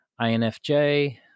INFJ